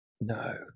No